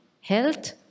health